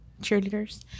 cheerleaders